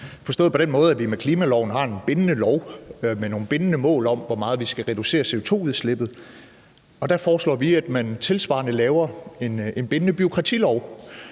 forstået på den måde, at vi med klimaloven har en bindende lov med nogle bindende mål om, hvor meget vi skal reducere CO2-udslippet, og der foreslår vi, at man tilsvarende laver en bindende bureaukratilov,